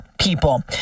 people